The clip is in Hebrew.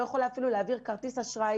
לא יכולה אפילו להעביר כרטיס אשראי